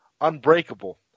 Unbreakable